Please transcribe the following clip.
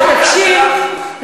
שתקשיב,